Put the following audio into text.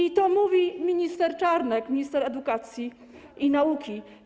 I to mówi minister Czarnek, minister edukacji i nauki.